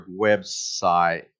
website